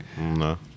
No